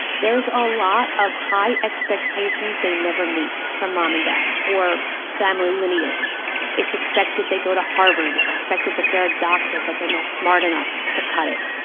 there's a lot of high expectations they never meet, from mom and dad or family lineage it's expected they go to harvard, it's expected that they're a doctor but they're not smart enough to cut it,